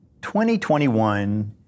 2021